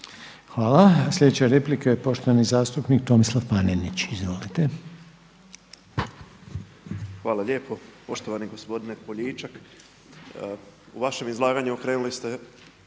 Hvala. Sljedeća replika je poštovani zastupnik Tomislav Panenić. Izvolite. **Panenić, Tomislav (MOST)** Hvala lijepo. Poštovani gospodine Poljičak u vašem izlaganju krenuli ste,